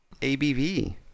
ABV